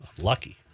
lucky